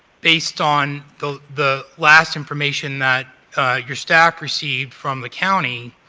based on the the last information that your staff received from the county,